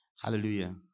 Hallelujah